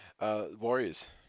Warriors